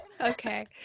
Okay